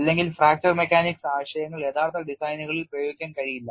അല്ലെങ്കിൽ fracture mechanics ആശയങ്ങൾ യഥാർത്ഥ ഡിസൈനുകളിൽ പ്രയോഗിക്കാൻ കഴിയില്ല